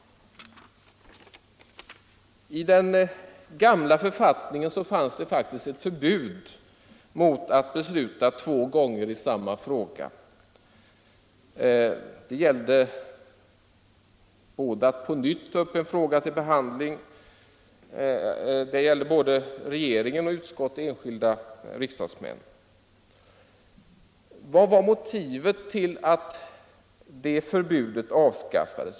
I den gamla författningen fanns det faktiskt ett förbud mot att besluta två gånger i samma fråga. Förbudet gällde även mot att på nytt ta upp en fråga till behandling och omfattade såväl regeringen som utskotten skattesystemet och enskilda riksdagsmän. Vad var motivet till att detta förbud avskaffades?